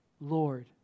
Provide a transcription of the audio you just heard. Lord